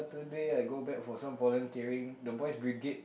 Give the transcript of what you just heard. third day I go back for some volunteering the boys' Brigade